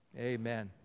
Amen